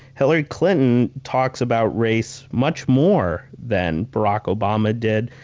hillary clinton talks about race much more than barack obama did.